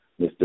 Mr